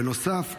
בנוסף,